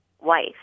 wife